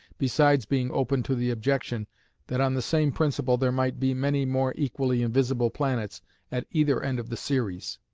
besides being open to the objection that on the same principle there might be many more equally invisible planets at either end of the series.